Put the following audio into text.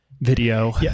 video